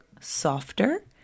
softer